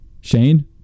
Shane